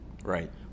Right